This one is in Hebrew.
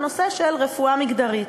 בנושא של רפואה מגדרית.